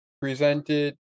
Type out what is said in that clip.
presented